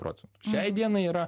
procentų šiai dienai yra